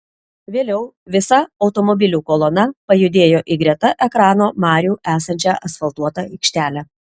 vėliau visa automobilių kolona pajudėjo į greta ekrano marių esančią asfaltuotą aikštelę